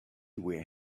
were